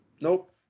Nope